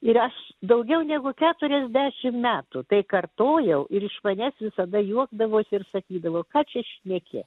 ir aš daugiau negu keturiasdešimt metų tai kartojau ir iš manęs visada juokdavosi ir sakydavo ką čia šneki